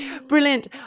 Brilliant